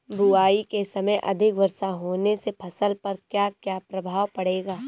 बुआई के समय अधिक वर्षा होने से फसल पर क्या क्या प्रभाव पड़ेगा?